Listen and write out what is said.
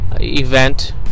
event